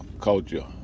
culture